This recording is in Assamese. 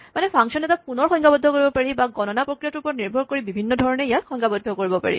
মানে ফাংচন এটা পুণৰ সংজ্ঞাবদ্ধ কৰিব পাৰি বা গণনাৰ প্ৰক্ৰিয়াটোৰ ওপৰত নিৰ্ভৰ কৰি বিভিন্ন ধৰণে ইয়াক সংজ্ঞাবদ্ধ কৰিব পাৰি